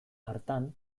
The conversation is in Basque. hartan